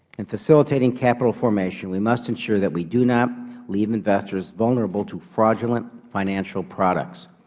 in facilitating capital formation, we must ensure that we do not leave investors vulnerable to fraudulent financial products.